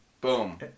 Boom